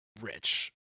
rich